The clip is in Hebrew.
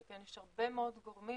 שכן יש הרבה מאוד גורמים